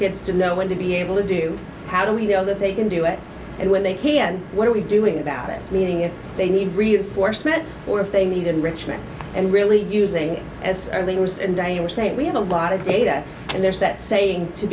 kids to know when to be able to do how do we know that they can do it and when they can what are we doing about it meaning if they need reinforcement or if they need in richmond and really using it as leaders and then you are saying we have a lot of data and there's that saying to